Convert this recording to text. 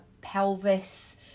pelvis